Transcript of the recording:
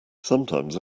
sometimes